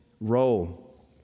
role